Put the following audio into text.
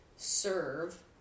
Serve